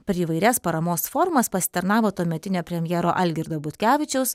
per įvairias paramos formas pasitarnavo tuometinio premjero algirdo butkevičiaus